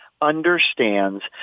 understands